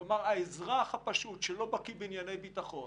כלומר, האזרח הפשוט שלא בקי בענייני ביטחון